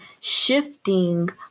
shifting